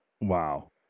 Wow